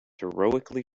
heroically